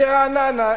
ברעננה,